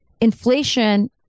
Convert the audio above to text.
inflation